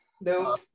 no